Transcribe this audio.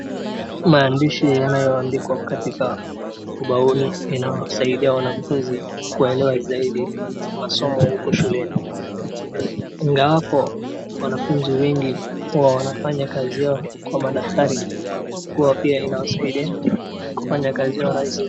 Maandishi yanayoandikwa katika ubaoni, inawasaidia wanafunzi kuelewa zaidi masomo huku shuleni. Ingawapo wanafunzi wengi huwa wanafanya kazi yao kwa madaftari, huwa pia inawasaidia kufanya kazi yao rahisi.